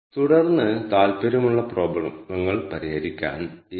ഈ ഫയലിന്റെ വിപുലീകരണം നിങ്ങൾ ശ്രദ്ധിച്ചാൽ അത്